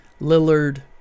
Lillard